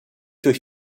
durch